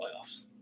playoffs